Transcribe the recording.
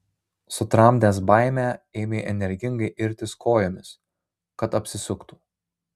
sutramdęs baimę ėmė energingai irtis kojomis kad apsisuktų